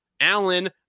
Allen